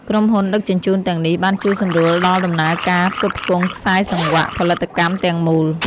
ក្រុមហ៊ុនដឹកជញ្ជូនទាំងនេះ បានជួយសម្រួលដល់ដំណើរការផ្គត់ផ្គង់ខ្សែសង្វាក់ផលិតកម្មទាំងមូល។